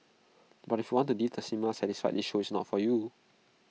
but if you want to leave the cinema satisfied this show is not for you